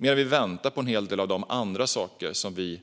Men vi väntar på en hel del av de andra saker som vi